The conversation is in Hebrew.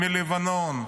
מלבנון.